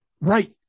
right